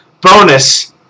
Bonus